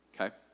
okay